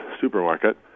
supermarket